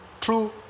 true